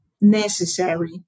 necessary